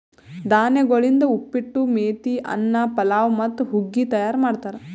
ಧಾನ್ಯಗೊಳಿಂದ್ ಉಪ್ಪಿಟ್ಟು, ಮೇತಿ ಅನ್ನ, ಪಲಾವ್ ಮತ್ತ ಹುಗ್ಗಿ ತೈಯಾರ್ ಮಾಡ್ತಾರ್